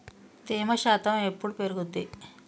తేమ శాతం ఎప్పుడు పెరుగుద్ది?